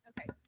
Okay